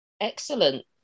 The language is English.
Excellent